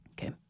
Okay